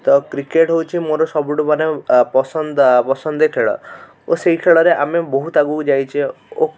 ତ କ୍ରିକେଟ ହେଉଛି ମୋର ସବୁଠୁ ମାନେ ଆ ପସନ୍ଦ ପସନ୍ଦିଆ ଖେଳ ଓ ସେଇ ଖେଳରେ ଆମେ ବହୁତ ଆଗକୁ ଯାଇଛେ ଓ